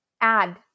add